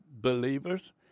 believers